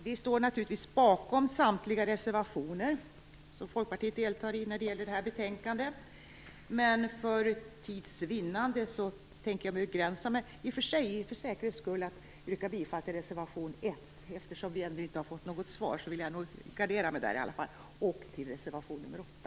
Vi står naturligtvis bakom samtliga de reservationer som Folkpartiet avgivit, men eftersom vi ännu inte fått något svar vill jag för att gardera mig yrka bifall till reservationerna 1 och 8.